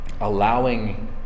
allowing